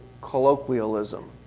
colloquialism